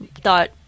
thought